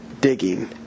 digging